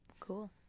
cool